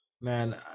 Man